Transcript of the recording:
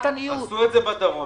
עשו את זה בדרום.